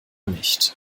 nicht